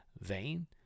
vein